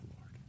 Lord